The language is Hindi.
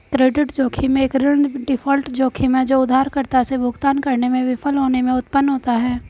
क्रेडिट जोखिम एक ऋण डिफ़ॉल्ट जोखिम है जो उधारकर्ता से भुगतान करने में विफल होने से उत्पन्न होता है